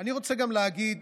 אני רוצה גם להגיד